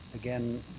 again,